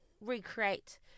recreate